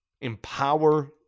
Empower